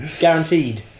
Guaranteed